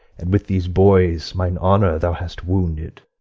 and with these boys mine honour thou hast wounded.